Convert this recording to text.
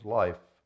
life